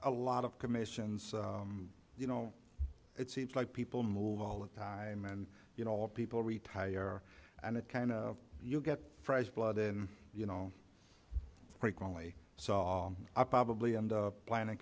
a lot of commissions you know it seems like people move all the time and you know all people retire and it kind of you get fresh blood and you know frequently saw i probably end up planning